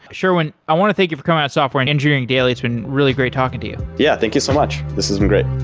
sherwin, i want to thank you for coming on software and engineering daily. it's been really great talking to you yeah, thank you so much. this has been great